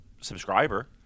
subscriber